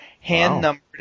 hand-numbered